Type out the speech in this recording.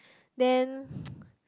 then